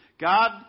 God